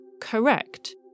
correct